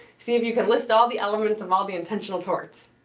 see if you can list all the elements of all the intentional torts.